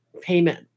payment